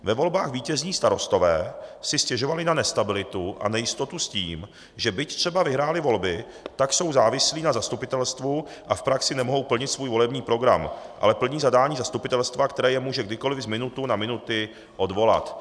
Ve volbách vítězní starostové si stěžovali na nestabilitu a nejistotu s tím, že byť třeba vyhráli volby, tak jsou závislí na zastupitelstvu a v praxi nemohou plnit svůj volební program, ale plní zadání zastupitelstva, které je může kdykoliv z minuty na minutu odvolat.